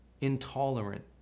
intolerant